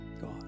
God